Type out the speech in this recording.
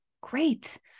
great